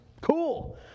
cool